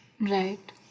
Right